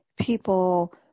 people